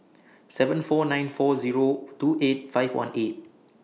seven four nine four Zero two eight five one eight